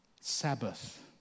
Sabbath